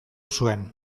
zuen